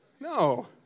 No